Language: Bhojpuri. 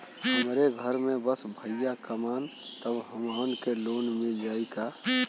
हमरे घर में बस भईया कमान तब हमहन के लोन मिल जाई का?